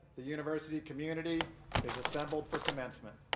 the university community is assembled for commencement.